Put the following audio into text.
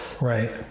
right